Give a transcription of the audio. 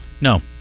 No